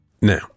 Now